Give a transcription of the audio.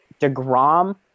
DeGrom